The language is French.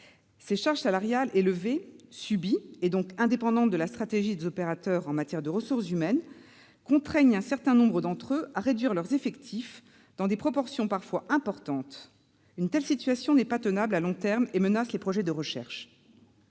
Ces charges salariales élevées, subies et, donc, indépendantes de la stratégie des opérateurs en matière de ressources humaines contraignent un certain nombre d'entre eux à réduire leurs effectifs, dans des proportions parfois importantes. Une telle situation n'est pas tenable à long terme et menace les projets de recherche.